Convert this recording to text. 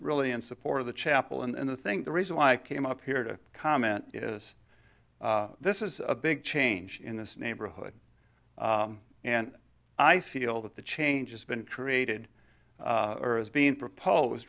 really in support of the chapel and the think the reason why i came up here to comment is this is a big change in this neighborhood and i feel that the changes been created or is being proposed